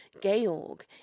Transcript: Georg